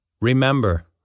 Remember